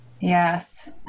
Yes